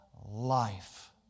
life